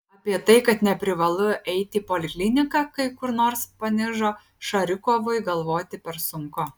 apie tai kad neprivalu eiti į polikliniką kai kur nors panižo šarikovui galvoti per sunku